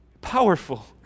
Powerful